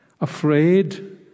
Afraid